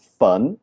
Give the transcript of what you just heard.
fun